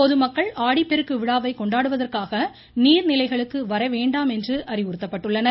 பொதுமக்கள் ஆடிப்பெருக்கு விழாவை கொண்டாடுவதற்காக நீா்நிலைகளுக்கு வரவேண்டாம் என்று அறிவுறுத்தப்பட்டுள்ளனர்